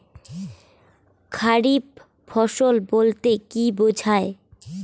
খারিফ ফসল বলতে কী বোঝায়?